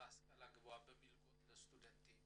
בהשכלה הגבוהה, במלגות לסטודנטים